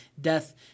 death